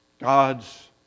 God's